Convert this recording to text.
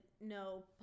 no